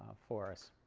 ah for us.